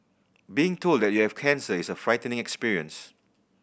being told that you have cancer is a frightening experience